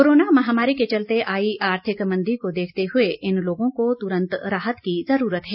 corona महामारी के चलते आई आर्थिक मंदी को देखते हुए इन लोगों को तुरंत राहत की जरूरत है